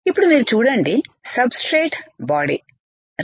ఇప్పుడు మీరు చూడండి సబ్స్ట్రేట్ బాడీ సరే